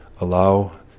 allow